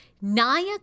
Naya